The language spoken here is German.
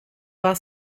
war